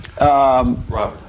Robert